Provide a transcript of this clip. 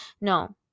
No